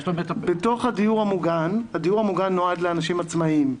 הדיור המוגן נועד לאנשים עצמאיים.